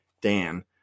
Dan